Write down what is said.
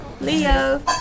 Leo